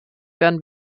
werden